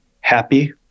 happy